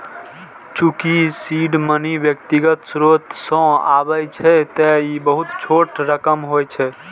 चूंकि seed money व्यक्तिगत स्रोत सं आबै छै, तें ई बहुत छोट रकम होइ छै